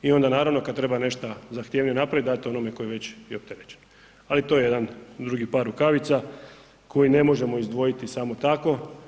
I onda naravno kad treba nešto zahtjevnije napraviti date onome koji je već i opterećen, ali to je jedan drugi par rukavica koji ne možemo izdvojiti samo tako.